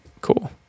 Cool